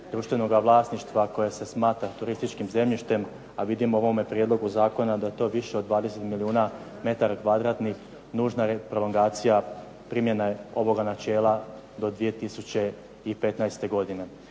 društvenoga vlasništva koja se smatra turističkim zemljištem, a vidim u ovome prijedlogu zakona da je to više od 20 milijuna metara kvadratnih, nužna je prolongacija primjene ovoga načela do 2015. godine.